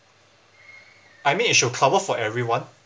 I mean it should cover for everyone